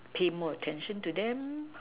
pay more attention to them